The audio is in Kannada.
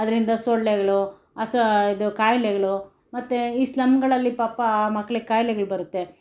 ಅದರಿಂದ ಸೊಳ್ಳೆಗಳು ಸ ಇದು ಕಾಯ್ಲೆಗಳು ಮತ್ತು ಈ ಸ್ಲಮ್ಗಳಲ್ಲಿ ಪಾಪ ಮಕ್ಕಳಿಗೆ ಕಾಯ್ಲೆಗಳು ಬರುತ್ತೆ